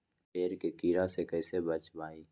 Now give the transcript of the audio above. पेड़ के कीड़ा से कैसे बचबई?